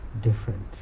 different